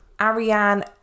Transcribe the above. Ariane